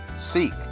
seek